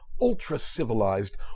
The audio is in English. ultra-civilized